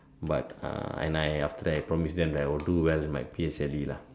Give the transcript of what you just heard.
but uh and I after that promised them that I will do well in my P_S_L_E lah